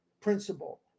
principle